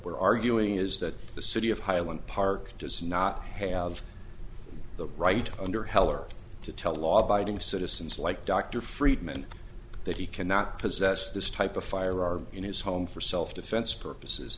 we're arguing is that the city of highland park does not have the right under heller to tell law abiding citizens like dr friedman that he cannot possess this type of firearm in his home for self defense purposes